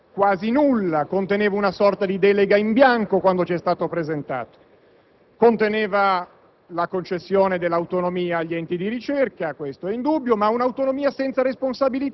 È un gesto di attenzione nei confronti del Parlamento che avremmo senz'altro gradito. Non vorrei che il ministro Mussi sia magari impegnato in qualche dibattito politico